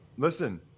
Listen